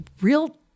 real